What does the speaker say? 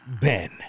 Ben